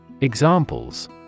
Examples